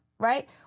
right